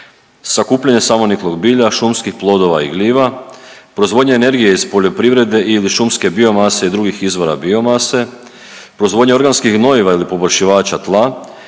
sakupljanje samoniklog bilja, šumskih plodova i gljiva, proizvodnja energija iz poljoprivrede ili šumske biomase i drugih izvora biomase, proizvodnja organskih gnojiva ili poboljšivača tla,